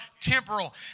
temporal